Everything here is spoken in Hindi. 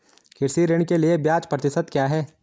कृषि ऋण के लिए ब्याज प्रतिशत क्या है?